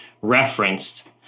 referenced